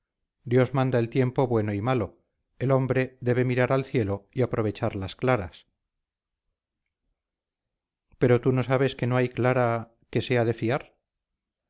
dios manda el tiempo bueno y malo el hombre debe mirar al cielo y aprovechar las claras pero tú no sabes que no hay clara que sea de fiar